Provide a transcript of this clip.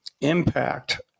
impact